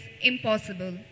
impossible